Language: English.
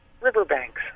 riverbanks